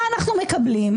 ומה אנחנו מקבלים?